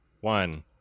one